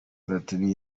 platini